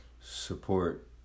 support